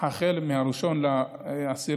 החל מ-1 באוקטובר